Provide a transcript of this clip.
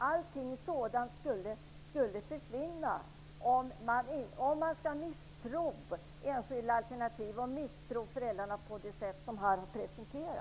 Om man misstror de föräldrar och de enskilda alternativ som här har presenterats skulle allt sådant försvinna.